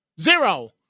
zero